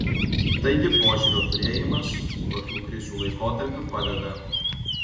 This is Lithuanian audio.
taigi požiūrio turėjimas tokių krizių laikotarpiu padeda